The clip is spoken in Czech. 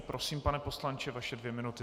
Prosím, pane poslanče, vaše dvě minuty.